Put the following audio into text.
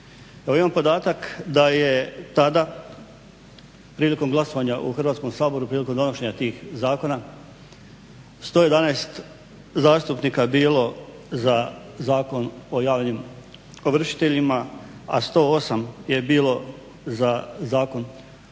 Evo imam podatak da je tada prilikom glasovanja u Hrvatskom saboru prilikom donošenja tih zakona 111 zastupnika bilo za Zakon o javnim ovršiteljima, a 108 je bilo za Zakon